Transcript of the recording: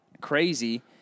crazy